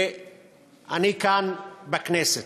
ואני כאן בכנסת.